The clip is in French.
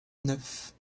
neuf